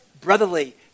brotherly